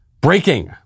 breaking